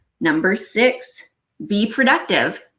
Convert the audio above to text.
number six be productive.